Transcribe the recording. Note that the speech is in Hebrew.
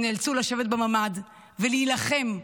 שנאלצו לשבת בממ"ד ולהילחם,